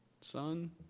Son